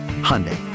Hyundai